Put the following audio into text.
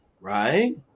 right